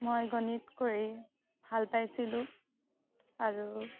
মই গণিত কৰি ভাল পাইছিলোঁ আৰু